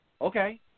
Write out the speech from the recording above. okay